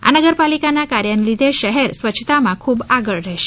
આ નગરપાલિકાના કાર્યને લીધે શહેર સ્વચ્છતામાં ખૂબ આગળ રહેશે